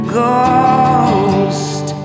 Ghost